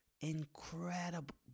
incredible